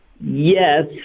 Yes